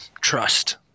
trust